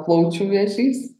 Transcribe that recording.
plaučių vėžys